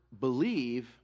believe